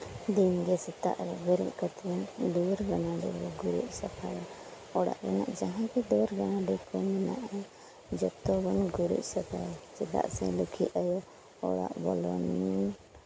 ᱫᱤᱱᱜᱮ ᱥᱮᱛᱟᱜ ᱨᱮ ᱵᱮᱨᱮᱫ ᱠᱟᱛᱮᱫ ᱫᱩᱣᱟᱹᱨ ᱜᱟᱱᱟᱰᱤ ᱵᱚᱱ ᱜᱩᱨᱤᱡ ᱥᱟᱯᱷᱟᱭᱟ ᱚᱲᱟᱜ ᱨᱮᱱᱟᱜ ᱡᱟᱦᱟᱸ ᱜᱮ ᱫᱩᱣᱟᱹᱨ ᱜᱟᱱᱟᱰᱤ ᱠᱚ ᱢᱮᱱᱟᱜᱼᱟ ᱡᱚᱛᱚ ᱵᱚᱱ ᱜᱩᱨᱤᱡ ᱥᱟᱯᱷᱟᱭᱟ ᱪᱮᱫᱟᱜ ᱥᱮ ᱞᱩᱠᱠᱷᱤ ᱟᱭᱳ ᱚᱲᱟᱜ ᱵᱚᱞᱚᱱ